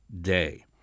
day